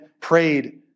prayed